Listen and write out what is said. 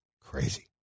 crazy